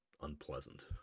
unpleasant